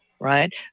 right